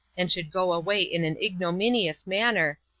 and should go away in an ignominious manner,